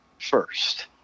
first